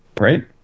right